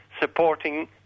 supporting